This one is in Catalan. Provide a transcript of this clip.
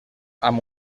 amb